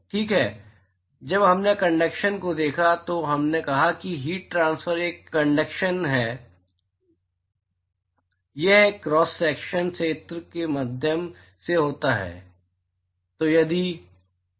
ठीक है जब हमने कंडक्शन को देखा तो हमने कहा कि हीट ट्रांसफर हम कंडक्शन हैं यह एक क्रॉस सेक्शनल क्षेत्र के माध्यम से होता है